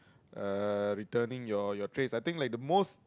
uh returning your your trays I think like the most